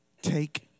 Take